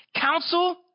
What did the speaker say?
counsel